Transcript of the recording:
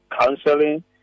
counseling